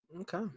Okay